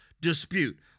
dispute